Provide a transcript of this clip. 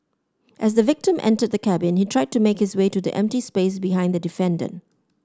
as the victim entered the cabin he tried to make his way to the empty space behind the defendant